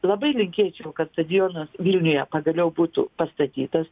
labai linkėčiau kad stadionas vilniuje pagaliau būtų pastatytas